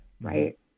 Right